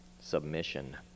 submission